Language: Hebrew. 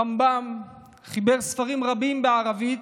הרמב"ם חיבר ספרים רבים בערבית,